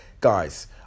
guys